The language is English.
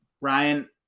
Ryan